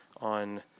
on